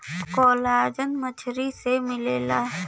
collagen मछरी से मिलला